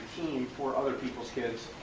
for other people's kids,